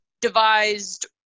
devised